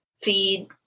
feed